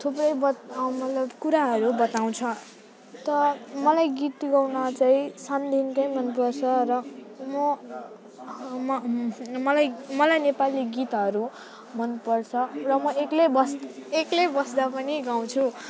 थुप्रै बत मतलब कुराहरू बताउँछ त मलाई गीत गाउन चाहिँ सानैदेखिन्कै मनपर्छ र म म मलाई मलाई नेपाली गीतहरू मनपर्छ र म एक्लै बस् एक्लै बस्दा पनि गाउँछु